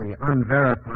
unverified